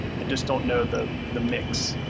and just don't know the the mix.